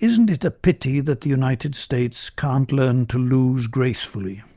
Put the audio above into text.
isn't it a pity that the united states can't learn to lose gracefully.